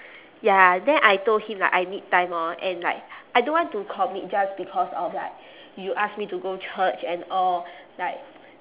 ya then I told him like I need time lor and like I don't want to commit just because of like you ask me to go church and all like